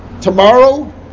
Tomorrow